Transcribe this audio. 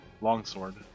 longsword